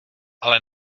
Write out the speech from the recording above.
ale